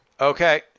Okay